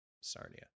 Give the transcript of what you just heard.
Sarnia